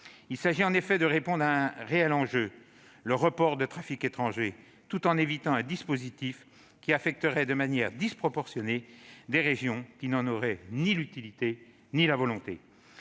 Il s'agit en effet de répondre à un réel enjeu, à savoir le report de trafic étranger, tout en évitant un dispositif qui affecterait de manière disproportionnée des régions qui n'en auraient ni l'utilité ni la volonté